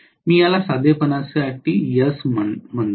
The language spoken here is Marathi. मी याला साधेपणासाठी s म्हणा